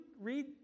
read